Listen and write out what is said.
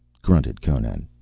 grunted conan.